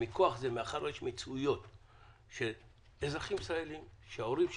מאחר ויש מקרים של אזרחים ישראלים שההורים שלהם,